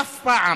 ואף פעם,